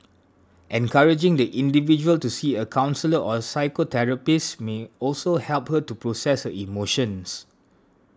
encouraging the individual to see a counsellor or psychotherapist may also help her to process her emotions